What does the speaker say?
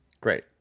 Great